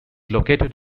located